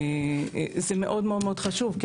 זה מאוד מאוד חשוב.